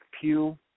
Pew